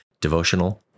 devotional